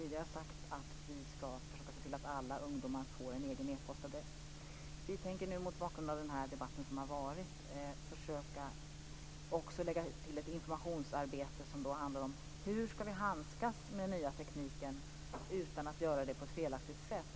Vi tänker nu, mot bakgrund av den debatt som har förts, också försöka lägga till ett informationsarbete som handlar om hur vi skall handskas med den nya tekniken utan att göra det på ett felaktigt sätt.